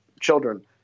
children